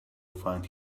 find